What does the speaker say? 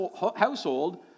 household